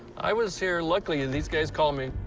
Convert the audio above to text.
i was here luckily, and these guys called me,